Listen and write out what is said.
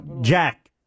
Jack